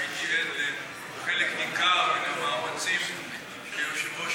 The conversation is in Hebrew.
והייתי עד לחלק ניכר מהמאמצים שהיושב-ראש